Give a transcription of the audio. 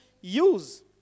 use